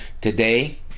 today